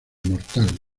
mortal